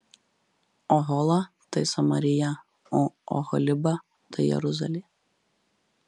ohola tai samarija o oholiba tai jeruzalė